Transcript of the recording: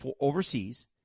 overseas